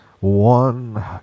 One